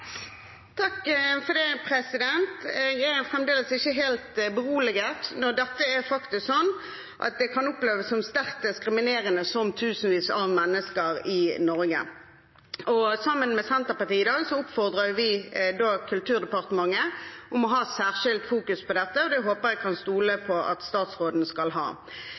Takk for det. Jeg er fremdeles ikke helt beroliget når det faktisk er sånn at det kan oppleves som sterkt diskriminerende av tusenvis av mennesker i Norge. Sammen med Senterpartiet oppfordrer vi i dag Kulturdepartementet til å ha et særskilt fokus på dette, og det håper jeg at jeg kan stole på at statsråden skal ha.